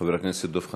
חבר הכנסת דב חנין,